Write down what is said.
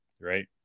right